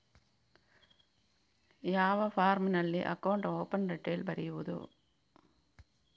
ಯಾವ ಫಾರ್ಮಿನಲ್ಲಿ account open detail ಬರೆಯುವುದು?